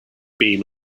been